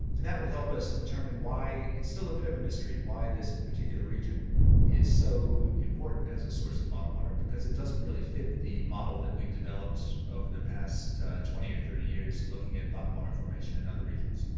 and that will help us to determine why. it's still a bit of a mystery why this particular region is so important as a source of bottom water because it doesn't really fit the model that we've developed over the past twenty or thirty years looking at bottom water formation in other regions.